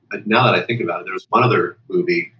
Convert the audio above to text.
and now that i think about, there is one other movie,